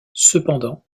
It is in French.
cependant